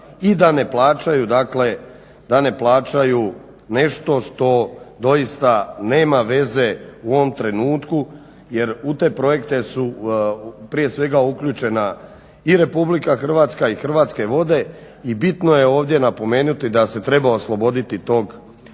i da ne plaćaju nešto što doista nema veze u ovom trenutku jer u te projekte su prije svega uključena i Republika Hrvatska i Hrvatske vode i bitno je ovdje napomenuti da se treba osloboditi tog